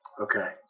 Okay